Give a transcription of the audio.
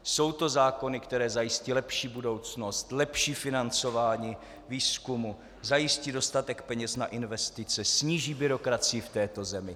Jsou to zákony, které zajistí lepší budoucnost, lepší financování výzkumu, zajistí dostatek peněz na investice, sníží byrokracii v této zemi?